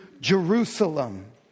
Jerusalem